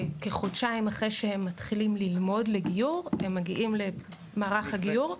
כחודשיים אחרי שהם מתחילים ללמוד לגיור הם מגיעים למערך הגיור,